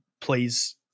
plays